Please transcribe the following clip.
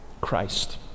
Christ